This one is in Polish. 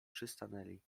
przystanęli